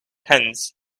hens